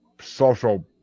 social